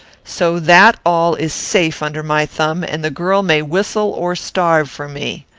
so that all is safe under my thumb, and the girl may whistle or starve for me.